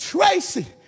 Tracy